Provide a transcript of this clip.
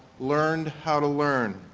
learned how to learn,